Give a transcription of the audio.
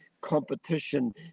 competition